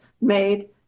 made